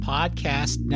Podcast